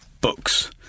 books